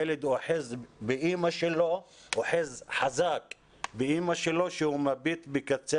ילד אוחז חזק באימא שלו כשהוא מביט בקצה